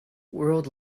world